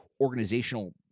organizational